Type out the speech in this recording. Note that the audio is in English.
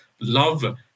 love